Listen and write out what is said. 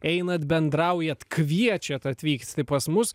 einat bendraujat kviečiat atvykti pas mus